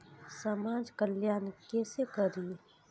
समाज कल्याण केसे करी?